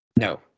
No